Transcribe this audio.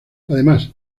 además